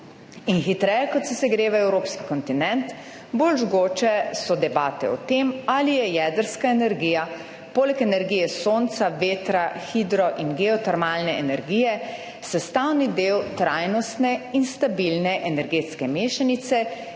In hitreje kot se segreva evropski kontinent, bolj žgoče so debate o tem, ali je jedrska energija poleg energije sonca, vetra, hidro- in geotermalne energije sestavni del trajnostne in stabilne energetske mešanice,